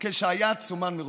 כשהיעד סומן מראש.